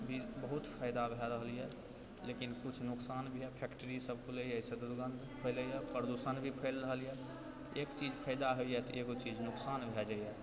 भी बहुत फायदा भए रहल यहऽ लेकिन कुछ नुकसान भी है फैक्ट्री सभ खुलैयै एहिसँ दुर्गन्ध फैलेयै प्रदूषण भी फैल रहल यहऽ एक चीज फायदा होइया तऽ एकगो चीज नुकसान भऽ जाइया